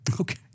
Okay